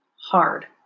hard